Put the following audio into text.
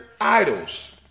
idols